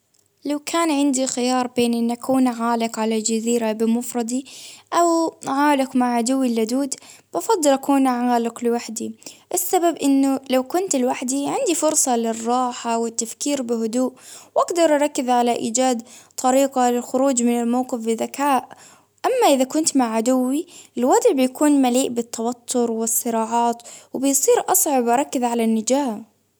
لو كان عندي خيار بين إني أكون عالق على الجزيرة بمفردي ،أو عالق مع عدوي اللدود، أفضل أكون عالق لوحدي، السبب إنه لو كنت لوحدي عندي فرصة للراحة والتفكير بهدوء، وأقدر أركز على إيجاد طريقة للخروج من الموقف بذكاء، أما إذا كنت مع عدوي الوضع بيكون مليء بالتوتر والصراعات وبيصير أصعب وأركز على النجاة.